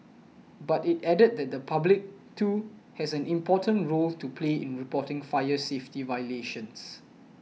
but it added that the public too has an important role to play in reporting fire safety violations